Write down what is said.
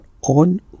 on